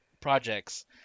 projects